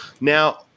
Now